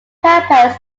purpose